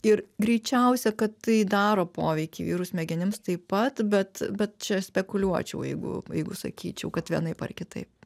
ir greičiausia kad tai daro poveikį vyrų smegenims taip pat bet bet čia spekuliuočiau jeigu jeigu sakyčiau kad vienaip ar kitaip